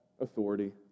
authority